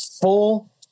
full